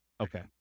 Okay